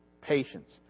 patience